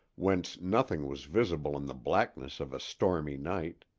whence nothing was visible in the blackness of a stormy night.